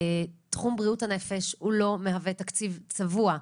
תחום בריאות הנפש הוא לא מהווה תקציב צבוע,